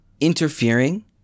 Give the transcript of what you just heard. interfering